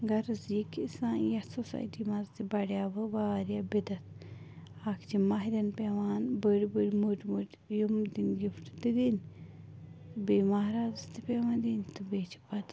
غرض یہَ کہِ سانہِ یَتھ سوسایٹیۄنۍ وارِیاہ بِدتھ اَکھ چھِ مَہرنٮ۪ن پیٚوان بٔڑ بٔڑ موٚٹ موٚٹ یِم دِنۍ گفٹ تہِ دنۍ بیٚیہِ مہرازس تہِ پیٚوان دِنۍ تہٕ بیٚیہِ چھِ پتہٕ